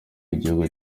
igihugu